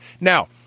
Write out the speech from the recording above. Now